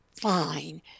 fine